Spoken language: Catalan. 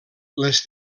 les